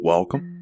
Welcome